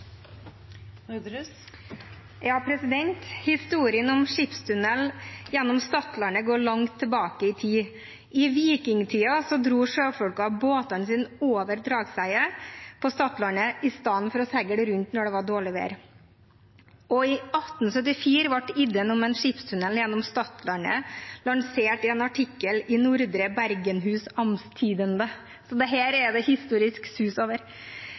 Historien om skipstunnel gjennom Stadlandet går langt tilbake i tid. I vikingtida dro sjøfolkene båtene sine over Dragseidet på Stadlandet i stedet for å seile rundt når det var dårlig vær, og i 1874 ble ideen om en skipstunnel gjennom Stadlandet lansert i en artikkel i Nordre Bergenhus Amtstidende, så dette er det historisk